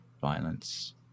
violence